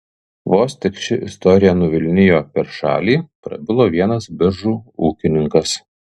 vos tik ši istorija nuvilnijo per šalį prabilo vienas biržų ūkininkas